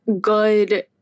good